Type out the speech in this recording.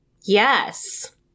Yes